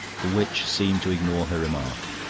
the witch seemed to ignore her remark.